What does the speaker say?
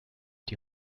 die